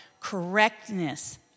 correctness